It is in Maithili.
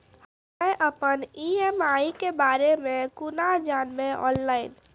हम्मे अपन ई.एम.आई के बारे मे कूना जानबै, ऑनलाइन?